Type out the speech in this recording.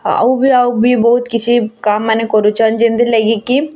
ଆଉ ବି ଆଉ ବି ବହୁତ୍ କିଛି କାମ୍ମାନେ କରୁଛନ୍ ଯେନ୍ଥିର୍ ଲାଗି କି